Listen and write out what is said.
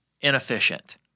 inefficient